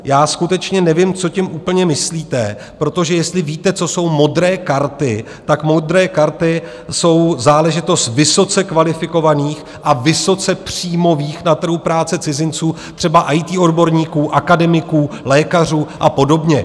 Já skutečně nevím, co tím úplně myslíte, protože jestli víte, co jsou modré karty, tak modré karty jsou záležitost vysoce kvalifikovaných a vysoce příjmových na trhu práce cizinců, třeba IT odborníků, akademiků, lékařů a podobně.